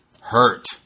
hurt